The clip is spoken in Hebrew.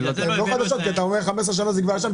הן לא חדשות כי אתה אומר 15 שנים הן כבר שם.